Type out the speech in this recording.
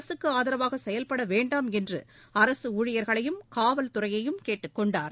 அரசுக்கு ஆதரவாக செயல்பட வேண்டாம் என்று அரசு ஊழியர்களையும் காவல்துறையையும் கேட்டுக் கொண்டார்